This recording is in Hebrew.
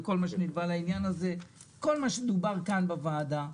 וכל מה שנאמר כאן בוועדה,